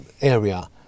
area